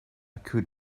could